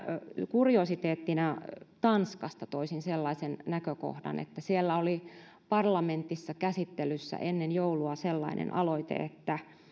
kuriositeettina tanskasta toisin sellaisen näkökohdan että siellä oli parlamentissa käsittelyssä ennen joulua sellainen aloite että